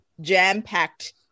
jam-packed